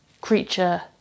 creature